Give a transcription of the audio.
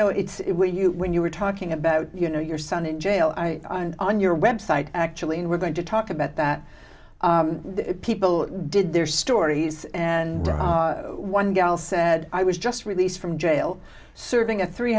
know it's it when you when you were talking about you know your son in jail i on your web site actually and we're going to talk about that people did their stories and one gal said i was just released from jail serving a three